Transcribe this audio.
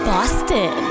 Boston